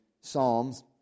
Psalms